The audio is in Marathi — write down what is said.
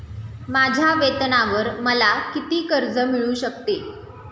माझ्या वेतनावर मला किती कर्ज मिळू शकते?